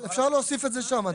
אז אפשר להוסיף את זה שם.